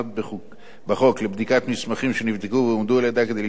בחוק לבדיקת מסמכים שנבדקו ועובדו על-ידה כדי להשתמש במומחיות